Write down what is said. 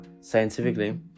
scientifically